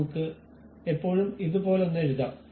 നമുക്ക് എപ്പോഴും ഇതുപോലൊന്ന് എഴുതാം